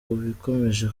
bikomeje